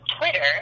Twitter